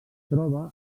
troba